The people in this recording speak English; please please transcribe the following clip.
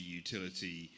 utility